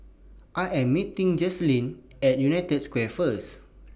I Am meeting Jacalyn At United Square First